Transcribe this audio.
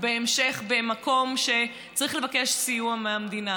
בהמשך במקום שצריך לבקש סיוע מהמדינה.